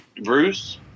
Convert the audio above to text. Bruce